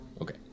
Okay